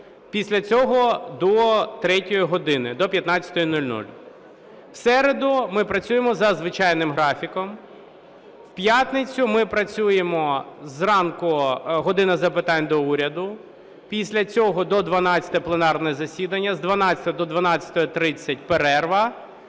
після цього – до третьої години, до 15:00. У середу ми працюємо за звичайним графіком. У п'ятницю ми працюємо: зранку – "година запитань до Уряду", після цього – до 12-ї пленарне засідання, з 12-ї до 12:30 – перерва,